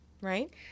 Right